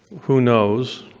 who knows,